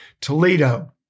Toledo